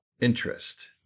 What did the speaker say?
Interest